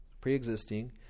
pre-existing